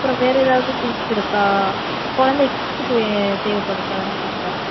அப்புறம் வேறு எதாவது திங்ஸ் இருக்கா கொழந்த கிட்ஸுக்கு தேவைப்பட்றது அதல்லாம் கேட்குறேன்